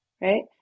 right